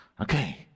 Okay